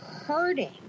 hurting